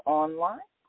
online